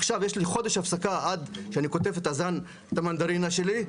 עכשיו יש לי חודש הפסקה עד שאני קוטף את זן המנדרינה שלי,